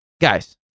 Guys